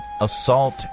assault